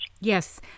Yes